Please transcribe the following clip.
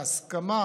בהסכמה